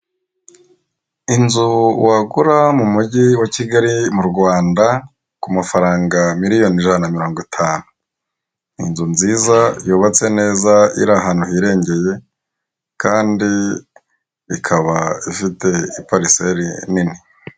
Inzu wagura mu mujyi wa Kigali mu Rwanda ku mafaranga miliyoni ijana mirongo itanu inzu nziza yubatse neza iri ahantu hirengeye kandi ikaba ifite ipariseri nini.